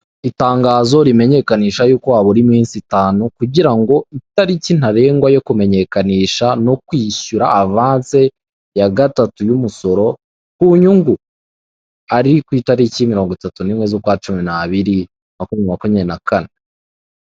Itangazo rimenyekanisha yuko habura iminsi itanu kugira ngo itariki ntarengwa yo kumenyekanisha no kwishyura avanse ya gatatu y'umusoro ku nyungu, ari ku itariki mirongo itatu n'imwe z'ukwa cumi n'abiri, makumya, makumya na kane.